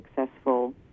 successful